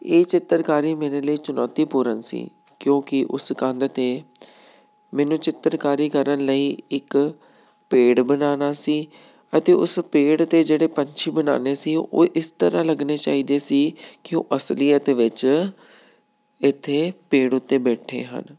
ਇਹ ਚਿੱਤਰਕਾਰੀ ਮੇਰੇ ਲਈ ਚੁਣੌਤੀਪੂਰਨ ਸੀ ਕਿਉਂਕਿ ਉਸ ਕੰਧ 'ਤੇ ਮੈਨੂੰ ਚਿੱਤਰਕਾਰੀ ਕਰਨ ਲਈ ਇੱਕ ਪੇੜ ਬਣਾਉਣਾ ਸੀ ਅਤੇ ਉਸ ਪੇੜ 'ਤੇ ਜਿਹੜੇ ਪੰਛੀ ਬਣਾਉਣੇ ਸੀ ਉਹ ਇਸ ਤਰ੍ਹਾਂ ਲੱਗਣੇ ਚਾਹੀਦੇ ਸੀ ਕਿ ਉਹ ਅਸਲੀਅਤ ਵਿੱਚ ਇੱਥੇ ਪੇੜ ਉੱਤੇ ਬੈਠੇ ਹਨ